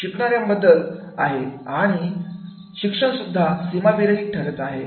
शिकणारे बदलत आहेत आणि शिक्षण सुद्धा सीमा विरहित ठरत आहे